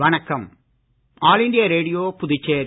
வணக்கம் all India radio Puducherry